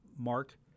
mark